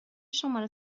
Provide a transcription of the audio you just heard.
شماره